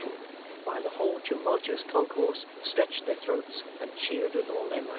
while the whole tumultuous concourse stretched their throats, and cheered with all their might.